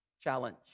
Challenge